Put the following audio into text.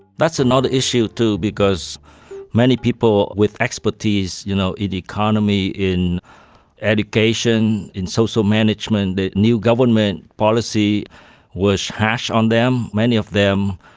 that's another issue too because many people with expertise in you know economy, in education, in social management, the new government policy was harsh on them. many of them,